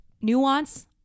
nuance